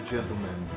gentlemen